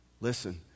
listen